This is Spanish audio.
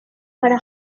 para